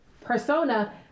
persona